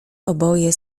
oboje